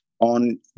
on